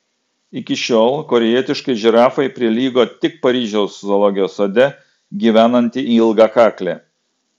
iki šiol korėjietiškai žirafai prilygo tik paryžiaus zoologijos sode gyvenanti ilgakaklė